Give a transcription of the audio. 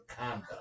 conduct